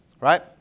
Right